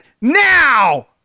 now